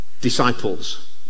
Disciples